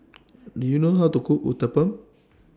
Do YOU know How to Cook Uthapam